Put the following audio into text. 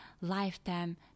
lifetime